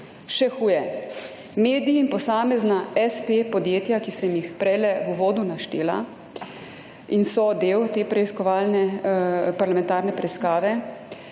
Še huje, mediji in posamezna s.p. podjetja, ki sem jih prej v uvodu naštela in so del te parlamentarne preiskave,